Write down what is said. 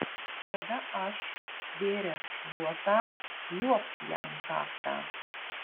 tada aš stvėręs šluotą liuobt jam į kaktą